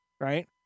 Right